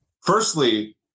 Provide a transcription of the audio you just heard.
firstly